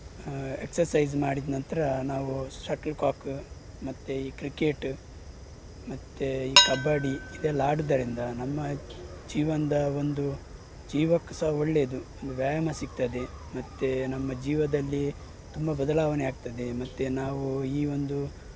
exercise ಮಾಡಿದ ನಂತರ ನಾವು ಶಟ್ಲ್ ಕಾಕು ಮತ್ತು ಈ ಕ್ರಿಕೆಟ್ ಮತ್ತು ಈ ಕಬಡ್ಡಿ ಇವೆಲ್ಲ ಆಡೋದರಿಂದ ನಮ್ಮ ಜೀವನದ ಒಂದು ಜೀವಕ್ಕೆ ಸಹ ಒಳ್ಳೇದು ಒಂದು ವ್ಯಾಯಾಮ ಸಿಗ್ತದೆ ಮತ್ತೆ ನಮ್ಮ ಜೀವದಲ್ಲಿ ತುಂಬ ಬದಲಾವಣೆ ಆಗ್ತದೆ ಮತ್ತೆ ನಾವು ಈ ಒಂದು